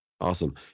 Awesome